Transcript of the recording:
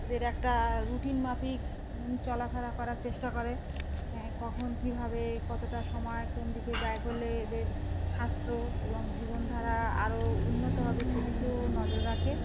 এদের একটা রুটিন মাফিক চলাফেরা করার চেষ্টা করে হ্যাঁ কখন কীভাবে কতটা সময় কোন দিকে ব্যয় হলে এদের স্বাস্থ্য এবং জীবনধারা আরও উন্নত হবে সেদিকেও নজর রাখে